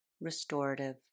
restorative